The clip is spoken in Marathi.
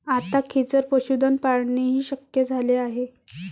आता खेचर पशुधन पाळणेही शक्य झाले आहे